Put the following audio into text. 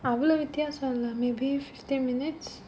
அவ்ளோ வித்தியாசம் இல்ல:avlo vithiyaasam illa maybe fifteen minutes